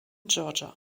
georgia